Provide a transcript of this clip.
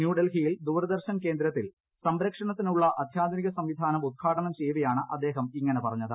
ന്യൂഡൽഹിയിൽ ദൂരദർശൻ കേന്ദ്രത്തിൽ സംപ്രക്ഷേണത്തിനുള്ള അത്യാധുനിക സംവിധാനം ഉദ്ഘാടനം ചെയ്യവേയാണ് അദ്ദേഹം ഇങ്ങനെ പറഞ്ഞത്